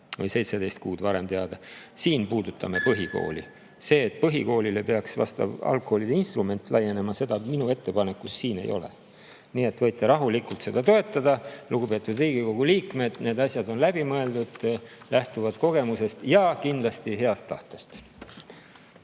kuud varem teada – siin puudutame põhikooli. Seda, et põhikoolile peaks vastav algkoolide instrument laienema, minu ettepanekus ei ole. Nii et võite rahulikult seda toetada, lugupeetud Riigikogu liikmed. Need asjad on läbi mõeldud, lähtuvad kogemusest ja kindlasti heast tahtest.